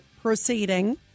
proceeding